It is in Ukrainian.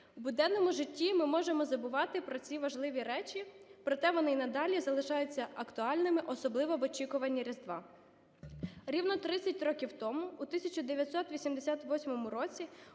В буденному житті ми можемо забувати про ці важливі речі, проте вони і надалі залишаються актуальними, особливо в очікуванні Різдва. Рівно 30 років тому, у 1988 році,